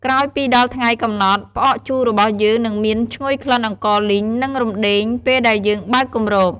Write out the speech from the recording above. ក្រោយពីដល់ថ្ងៃកំណត់ ផ្អកជូររបស់យើងនឹងមានឈ្ងុយក្លិនអង្ករលីង និងរំដេង ពេលដែលយើងបើកគម្រប។